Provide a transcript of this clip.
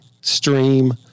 stream